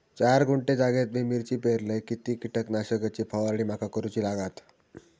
चार गुंठे जागेत मी मिरची पेरलय किती कीटक नाशक ची फवारणी माका करूची लागात?